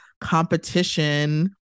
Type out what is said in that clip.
competition